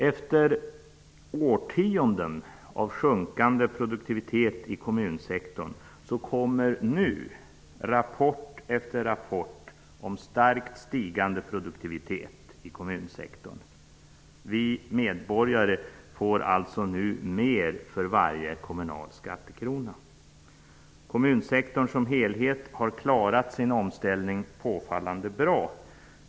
Efter årtionden av sjunkande produktivitet i kommunsektorn kommer nu rapport efter rapport om starkt stigande produktivitet i kommunsektorn. Vi medborgare få alltså nu mer för varje kommunal skattekrona. Kommunsektorn som helhet har klarat sin omställning påfallande bra.